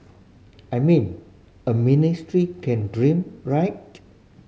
I mean a ministry can dream right